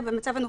במצב הנוכחי,